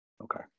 Okay